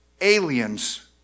aliens